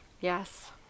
Yes